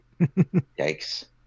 Yikes